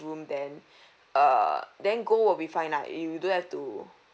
room then err then gold will be fine lah you you don't have to